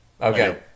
okay